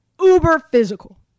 uber-physical